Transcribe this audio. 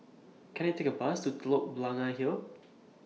Can I Take A Bus to Telok Blangah Hill